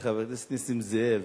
חבר הכנסת נסים זאב,